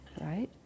right